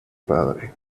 padre